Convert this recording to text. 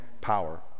power